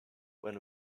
when